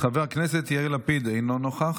חבר הכנסת יאיר לפיד, אינו נוכח.